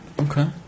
Okay